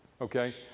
okay